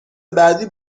بعدی